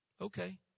Okay